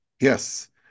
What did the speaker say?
Yes